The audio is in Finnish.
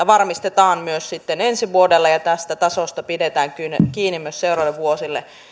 varmistetaan myös ensi vuodelle ja tästä tasosta pidetään kiinni myös seuraaville vuosille